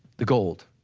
the gold,